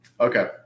Okay